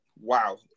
wow